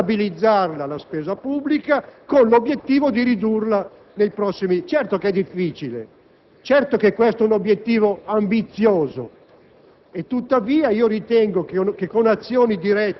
Nel 2008 cerchiamo di stabilizzare la spesa pubblica, con l'obiettivo di ridurla nei prossimi anni. Certo che è difficile, certo che questo è un obiettivo ambizioso,